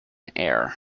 air